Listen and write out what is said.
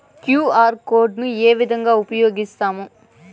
QR code ను ఏ విధంగా ఉపయగిస్తాము?